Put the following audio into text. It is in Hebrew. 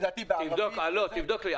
לדעתי, בערבית --- תבדוק לי.